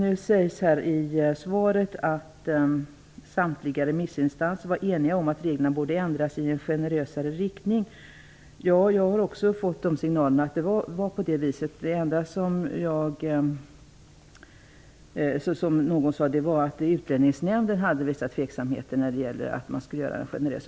I svaret sägs att samtliga remissinstanser var eniga om att reglerna borde ändras i en generösare riktning. Jag har också fått signaler om att det var på det viset, förutom att någon sade att Utlänningsnämnden hade vissa tveksamheter till generösare regler.